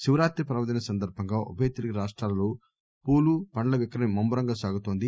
శివరాత్రి పర్వదినం సందర్బంగా ఉభయ తెలుగు రాష్టాలలో పూలు పండ్ల విక్రయం ముమ్మ రంగా సాగుతోంది